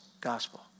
gospel